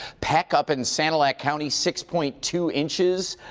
peck up in sanilac county, six point two inches.